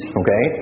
okay